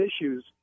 issues